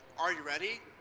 are you ready?